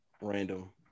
random